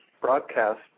broadcast